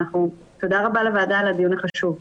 תודה רבה לוועדה על הדיון החשוב.